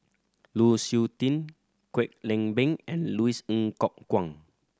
Lu Suitin Kwek Leng Beng and Louis Ng Kok Kwang